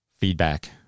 feedback